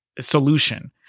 solution